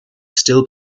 still